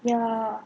ya